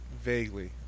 Vaguely